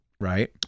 Right